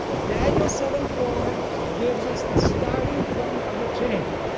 daniel seven four gives us the starting point of the chain.